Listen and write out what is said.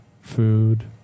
food